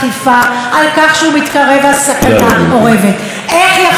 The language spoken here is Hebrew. איך יכול להיות שעד עכשיו 20 נשים נרצחו,